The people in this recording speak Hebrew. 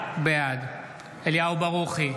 בעד אליהו ברוכי,